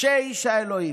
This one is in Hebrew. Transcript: משה איש האלוהים.